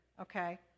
okay